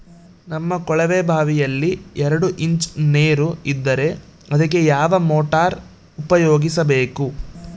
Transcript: ನಮ್ಮ ಕೊಳವೆಬಾವಿಯಲ್ಲಿ ಎರಡು ಇಂಚು ನೇರು ಇದ್ದರೆ ಅದಕ್ಕೆ ಯಾವ ಮೋಟಾರ್ ಉಪಯೋಗಿಸಬೇಕು?